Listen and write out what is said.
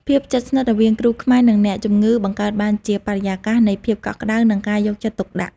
ភាពជិតស្និទ្ធរវាងគ្រូខ្មែរនិងអ្នកជំងឺបង្កើតបានជាបរិយាកាសនៃភាពកក់ក្តៅនិងការយកចិត្តទុកដាក់។